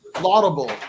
laudable